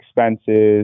expenses